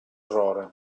errore